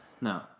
No